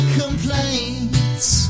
complaints